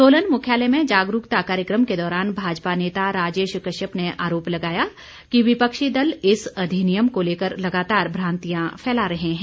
सोलन मुख्यालय में जागरूकता कार्यक्रम के दौरान भाजपा नेता राजेश कश्यप ने आरोप लगाया कि विपक्षी दल इस अधिनियम को लेकर लगातार भ्रांतियां फैला रहे हैं